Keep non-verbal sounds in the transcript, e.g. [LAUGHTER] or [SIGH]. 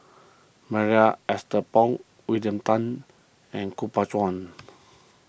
Marie Ethel Bong William Tan and Kuo Pao [UNINTELLIGIBLE]